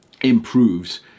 improves